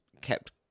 kept